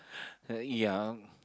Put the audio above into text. ya